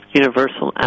universal